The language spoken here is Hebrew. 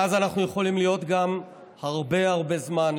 ואז אנחנו יכולים להיות גם הרבה הרבה זמן,